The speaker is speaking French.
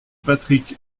patrick